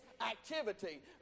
activity